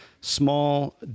small